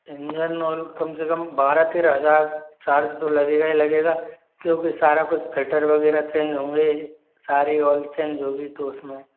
Indian oil कम से कम बारह तेरह हज़ार चार्ज तो लगेगा ही लगेगा क्योंकि सारा कुछ फिल्टर वगैरह चेंज होंगे सारी ऑइल चेंज होगी तो उसमें